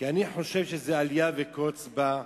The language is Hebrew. כי אני חושב שזה אליה וקוץ בה.